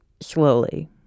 slowly